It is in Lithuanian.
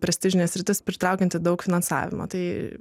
prestižinė sritis pritraukianti daug finansavimą tai